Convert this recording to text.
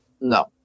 No